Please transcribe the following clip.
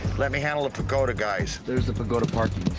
let me handle the pagoda guys. there's the pagoda parking.